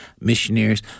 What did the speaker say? missionaries